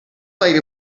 like